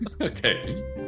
Okay